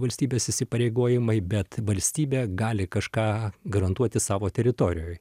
valstybės įsipareigojimai bet valstybė gali kažką garantuoti savo teritorijoj